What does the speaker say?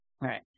right